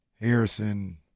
Harrison